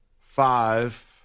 five